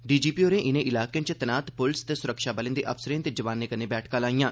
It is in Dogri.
डीजपी होरें इनें इलाकें च तैनात प्लस ते स्रक्षाबलें दे अफसरें ते जवानें कन्नै बैठकां बी लाईयां